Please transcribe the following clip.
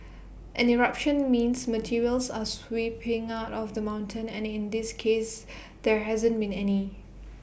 an eruption means materials are spewing out of the mountain and in this case there hasn't been any